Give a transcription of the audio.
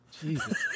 Jesus